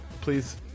please